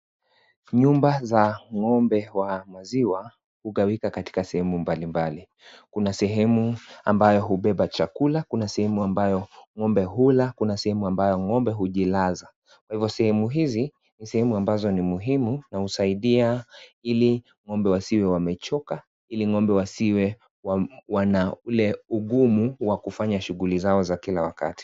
Nyumba za ng'ombe wa maziwa hugawika katika sehemu mbalimbali , kuna sehemu ambayo hubeba chakula , kuna sehemu ambayo ng'ombe hula , kuna sehemu ambayo ng'ombe hujilaza kwa hivyo sehemu hizi ni sehemu ambazo ni muhimu na husaidia ili ng'ombe wasiwe wamechoka ili ng'ombe wasiwe wana ule ugumu wa kufanya shughuli zao za kila wakati.